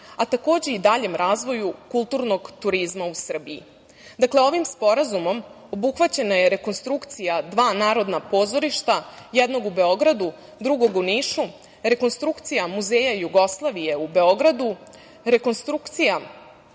a takođe i daljem razvoju kulturnog turizma u Srbiji. Dakle, ovim sporazumom obuhvaćena je rekonstrukcija dva narodna pozorišta, jednog u Beogradu, drugog u Nišu, rekonstrukcija Muzeja Jugoslavije u Beogradu, rekonstrukcija